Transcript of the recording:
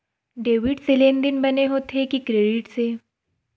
Debit से लेनदेन बने होथे कि क्रेडिट से?